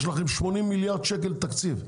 יש לכם 80 מיליארד שקל תקציב,